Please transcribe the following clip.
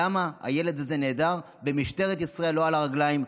למה הילד הזה נעדר ומשטרת ישראל לא על הרגליים.